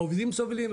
העובדים סובלים,